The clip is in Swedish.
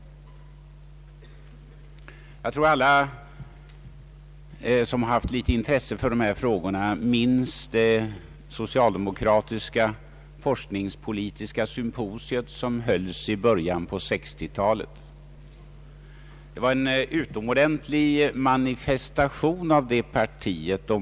Jag tror att alla som haft något in tresse för dessa frågor minns det socialdemokratiska forskningspolitiska symposium som hölls i början av 1960 talet. Det var en utomordentlig manifestation av detta parti.